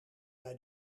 bij